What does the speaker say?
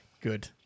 good